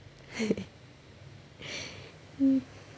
mm